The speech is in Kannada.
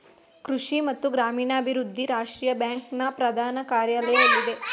ಕೃಷಿ ಮತ್ತು ಗ್ರಾಮೀಣಾಭಿವೃದ್ಧಿ ರಾಷ್ಟ್ರೀಯ ಬ್ಯಾಂಕ್ ನ ಪ್ರಧಾನ ಕಾರ್ಯಾಲಯ ಎಲ್ಲಿದೆ?